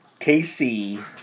KC